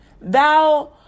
thou